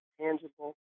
tangible